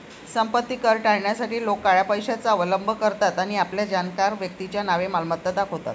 संपत्ती कर टाळण्यासाठी लोक काळ्या पैशाचा अवलंब करतात आणि आपल्या जाणकार व्यक्तीच्या नावे मालमत्ता दाखवतात